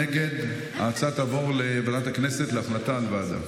ההצעה תעבור לוועדת הכנסת להחלטה על ועדה.